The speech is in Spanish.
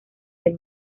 del